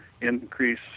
increase